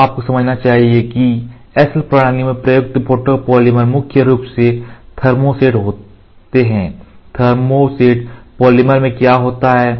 तो अब आपको समझना चाहिए कि SL प्रक्रियाओं में प्रयुक्त फोटोपॉलीमर मुख्य रूप से थर्मोसेट होते हैं थर्मोसेट पॉलीमर में क्या होता है